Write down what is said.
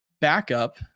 backup